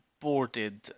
boarded